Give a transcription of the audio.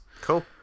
Cool